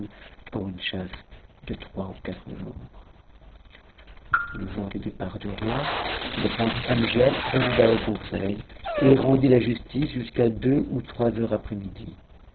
pour une chasse de trois ou quatre jours le jour du départ du roi le prince amgiad présida au conseil et rendit la justice jusqu'à deux ou trois heures